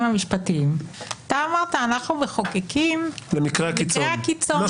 המשפטיים אתה אמרת שאנחנו מחוקקים למקרה הקיצון.